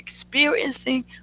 experiencing